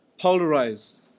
polarized